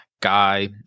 guy